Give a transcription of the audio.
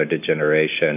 degeneration